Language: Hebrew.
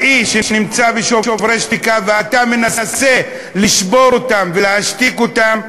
שנמצא ב"שוברים שתיקה" ואתה מנסה לשבור אותם ולהשתיק אותם,